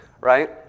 Right